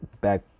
back